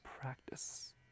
practice